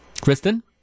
Kristen